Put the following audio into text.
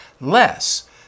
less